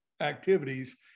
activities